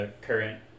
current